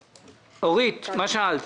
אורית, מה שאלת?